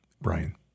Brian